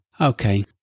Okay